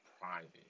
private